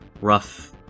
rough